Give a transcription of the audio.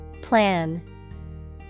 Plan